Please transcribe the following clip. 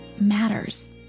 matters